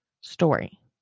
story